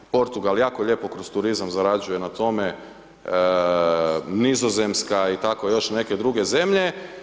Portugal jako lijepo kroz turizam zarađuje na tome, Nizozemska i tako još neke druge zemlje.